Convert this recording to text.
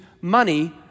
money